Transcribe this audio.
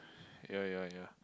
ya ya ya